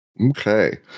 Okay